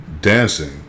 dancing